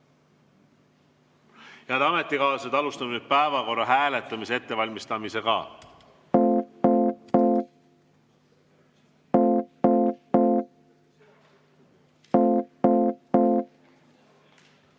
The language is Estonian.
Head ametikaaslased, alustame nüüd päevakorra hääletamise ettevalmistamist.